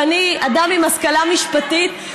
ואני אדם עם השכלה משפטית,